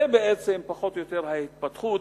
זה בעצם פחות או יותר ההתפתחות